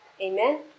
Amen